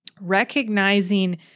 recognizing